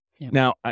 Now